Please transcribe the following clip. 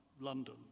London